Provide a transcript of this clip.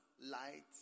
light